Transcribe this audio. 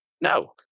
No